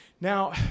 Now